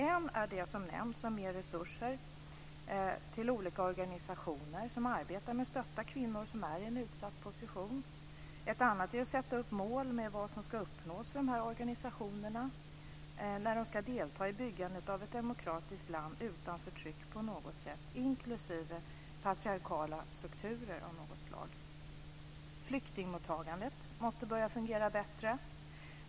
En är det som nämns om mer resurser till olika organisationer som arbetar med att stötta kvinnor som är i en utsatt position. En annan är att sätta upp mål för vad som ska uppnås inom de här organisationerna när de ska delta i byggandet av ett demokratiskt land utan förtryck på något sätt, inklusive partriarkala strukturer av något slag. Flyktingmottagandet måste börja fungera bättre.